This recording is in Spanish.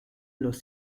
los